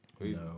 No